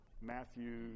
Matthew